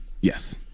yes